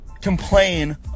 complain